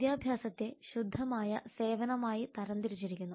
വിദ്യാഭ്യാസത്തെ ശുദ്ധമായ സേവനമായി തരംതിരിച്ചിരിക്കുന്നു